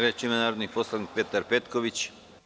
Reč ima narodni poslanik Petar Petković.